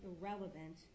irrelevant